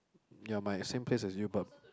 ya my same place as you but